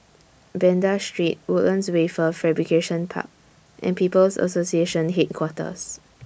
Banda Street Woodlands Wafer Fabrication Park and People's Association Headquarters